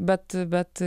bet bet